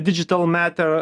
didžital meter